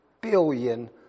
billion